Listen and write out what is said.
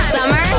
Summer